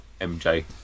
mj